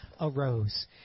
arose